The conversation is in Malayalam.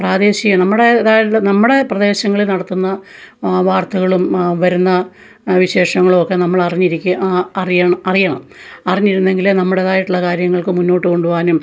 പ്രാദേശിക നമ്മുടെ ഇതായിട്ടുള്ള നമ്മുടെ പ്രദേശങ്ങളിൽ നടത്തുന്ന വാർത്തകളും വരുന്ന വിശേഷങ്ങളും ഒക്കെ നമ്മളറിഞ്ഞിരിക്കുക അറിയണം അറിയണം അറിഞ്ഞിരുന്നെങ്കിലേ നമ്മുടേതായിട്ടുള്ള കാര്യങ്ങൾക്ക് മുന്നോട്ട് കൊണ്ട് പോകാനും